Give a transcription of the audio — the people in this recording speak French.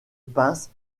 pinces